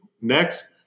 next